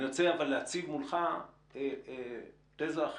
אבל אני רוצה להציג מולך תזה אחרת,